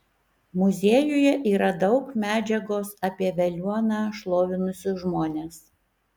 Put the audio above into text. muziejuje yra daug medžiagos apie veliuoną šlovinusius žmones